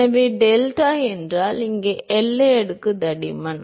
எனவே டெல்டா என்றால் இங்கே எல்லை அடுக்கு தடிமன்